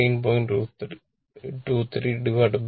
23√2 ആയിത്തീരും